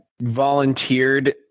volunteered